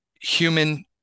Human